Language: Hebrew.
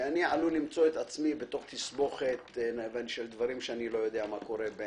שאני עלול למצוא עצמי בתסבוכת של דברים שאני לא יודע מה קורה.